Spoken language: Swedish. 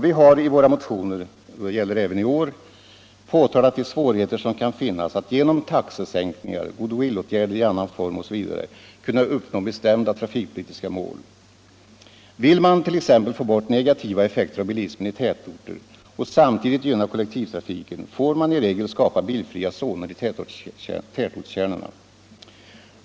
Vi har i våra motioner — så även i år — påtalat de svårigheter som kan finnas när det gäller att genom taxesänkningar, goodwillåtgärder i annan form osv. söka uppnå bestämda trafikpolitiska mål. Vill man t.ex. få bort negativa effekter av bilismen i tätorter och samtidigt gynna kollektivtrafiken, får man i regel skapa bilfria zoner i tätortskärnorna.